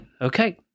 Okay